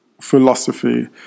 philosophy